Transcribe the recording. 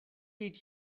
did